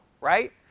right